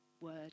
word